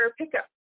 pickup